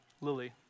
Lily